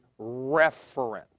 referent